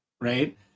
right